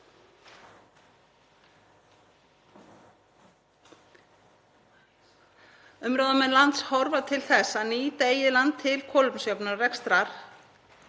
Umráðamenn lands horfa til þess að nýta eigið land til kolefnisjöfnunar rekstrar